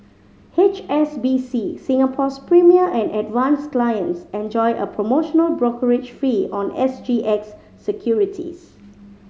H S B C Singapore's Premier and Advance clients enjoy a promotional brokerage fee on S G X securities